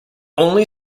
only